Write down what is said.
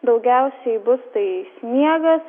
daugiausiai bus tai sniegas